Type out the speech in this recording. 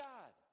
God